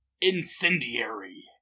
Incendiary